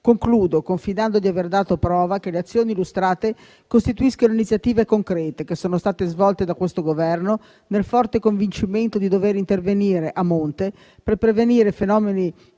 Concludo confidando di aver dato prova che le azioni illustrate costituiscono iniziative concrete che sono state svolte da questo Governo nel forte convincimento di dover intervenire a monte per prevenire i fenomeni